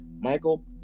Michael